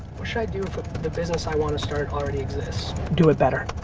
what should i do for the business i want to start already exists? do it better.